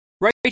right